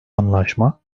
anlaşma